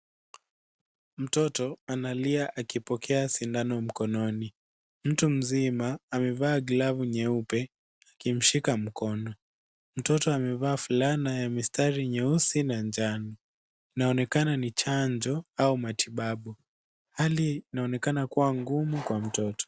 Mtoto analia akipokea sindano mkononi. Mtu mzima amevaa glavu nyeupe akimshika mkono. Mtoto amevaa fulana ya mistari nyeusi nanjano. Inaonekana ni chanjo au matibabu. Hali inaonekana kuwa ngumu kwa mtoto.